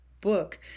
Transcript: book